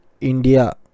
India